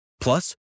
Plus